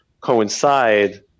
coincide